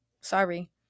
Sorry